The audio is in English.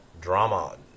drama